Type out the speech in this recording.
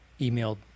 emailed